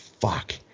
fuck